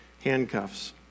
handcuffs